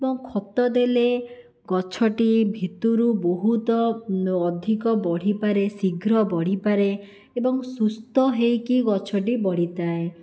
ଏବଂ ଖତ ଦେଲେ ଗଛଟି ଭିତରୁ ବହୁତ ଅଧିକ ବଢ଼ିପାରେ ଶୀଘ୍ର ବଢ଼ିପାରେ ଏବଂ ସୁସ୍ଥ ହେଇକି ଗଛଟି ବଢ଼ିଥାଏ